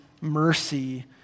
mercy